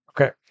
Okay